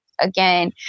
again